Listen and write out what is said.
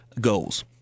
goals